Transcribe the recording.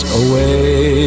away